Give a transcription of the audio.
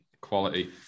quality